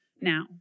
now